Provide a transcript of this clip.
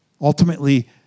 Ultimately